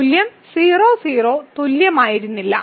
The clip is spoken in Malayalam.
മൂല്യം 0 0 തുല്യമായിരുന്നില്ല